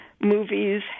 movies